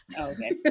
Okay